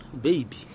Baby